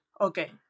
okay